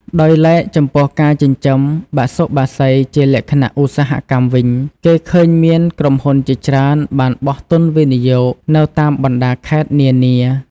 ដោយឡែក ចំពោះការចិញ្ចឹមបសុបក្សីជាលក្ខណៈឧស្សាហកម្មវិញ គេឃើញមានក្រុមហ៊ុនជាច្រើនបានបោះទុនវិនិយោគនៅតាមបណ្តាខេត្តនានា។